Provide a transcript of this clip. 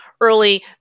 early